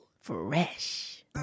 Fresh